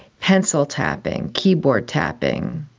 pencil tapping, keyboards tapping,